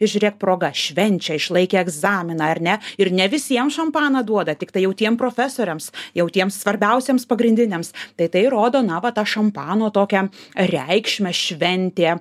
ir žiūrėk proga švenčia išlaikė egzaminą ar ne ir ne visiems šampaną duoda tiktai jau tiem profesoriams jau tiems svarbiausiems pagrindiniams tai tai rodo na va tą šampano tokią reikšmę šventė